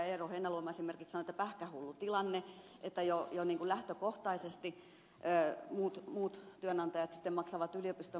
eero heinäluoma äsken sanoi että pähkähullu tilanne että jo lähtökohtaisesti muut työnantajat sitten maksavat yliopiston maksua